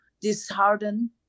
disheartened